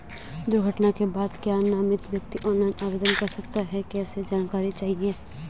दुर्घटना के बाद क्या नामित व्यक्ति ऑनलाइन आवेदन कर सकता है कैसे जानकारी चाहिए?